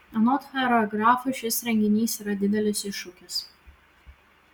anot choreografo šis renginys yra didelis iššūkis